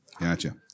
Gotcha